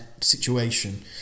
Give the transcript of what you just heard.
situation